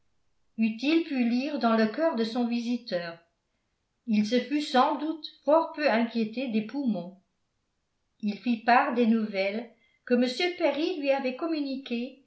eût-il pu lire dans le cœur de son visiteur il se fût sans doute fort peu inquiété des poumons il fit part des nouvelles que m perry lui avait communiquées